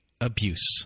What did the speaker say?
abuse